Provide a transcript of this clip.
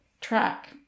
track